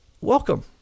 welcome